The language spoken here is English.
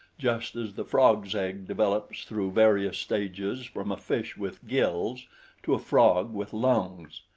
just as the frog's egg develops through various stages from a fish with gills to a frog with lungs.